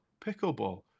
pickleball